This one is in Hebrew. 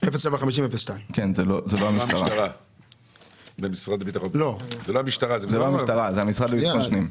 זה לא המשטרה אלא המשרד לביטחון פנים.